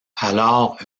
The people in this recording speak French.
alors